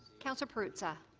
councillor perruzza.